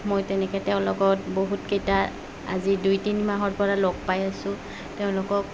মই তেনেকৈ তেওঁ লগত বহুতকেইটা আজি দুই তিনি মাহৰ পৰা লগ পাই আছোঁ তেওঁলোকক